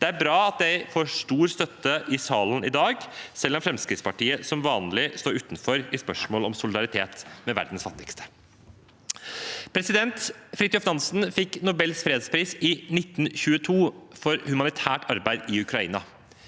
Det er bra at det får stor støtte i salen i dag, selv om Fremskrittspartiet som vanlig står utenfor i spørsmål om solidaritet med verdens fattigste. Fridtjof Nansen fikk Nobels fredspris i 1922 for humanitært arbeid i Ukraina.